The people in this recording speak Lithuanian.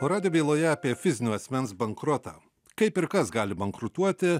o radijo byloje apie fizinio asmens bankrotą kaip ir kas gali bankrutuoti